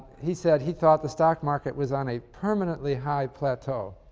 he said he thought the stock market was on a permanently high plateau